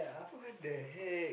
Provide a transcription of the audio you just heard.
what the heck